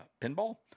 pinball